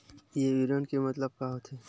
ये विवरण के मतलब का होथे?